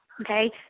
okay